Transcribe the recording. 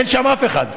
אין שם אף אחד.